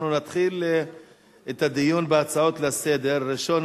אנחנו נתחיל את הדיון בהצעות לסדר-היום